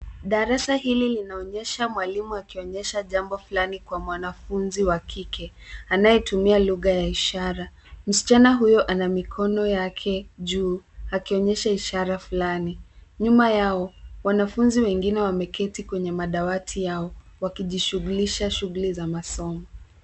Darasa hili linaonyesha mwalimu akionyesha jambo fulani kwa mwanafunzi wa kike anayetumia lugha ya ishara. Msichana huyo ana mikono yake juu akionyesha ishara fulani. Nyuma yao, wanafunzi wengine wameketi kwenye madawati yao wakijishughulisha shughuli za masomo.